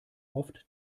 oft